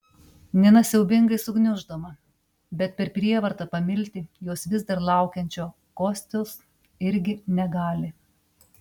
nina siaubingai sugniuždoma bet per prievartą pamilti jos vis dar laukiančio kostios irgi negali